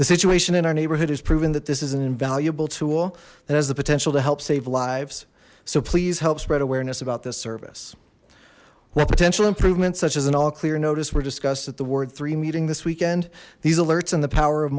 the situation in our neighborhood has proven that this is an invaluable tool and has the potential to help save lives so please help spread awareness about this service well potential improvements such as an all clear notice we're discussed at the ward three meeting this weekend these alerts and the power of